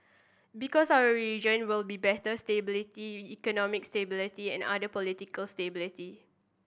because our region will be better stability economic stability and other political stability